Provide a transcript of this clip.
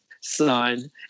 son